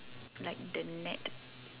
like the net